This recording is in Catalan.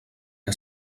què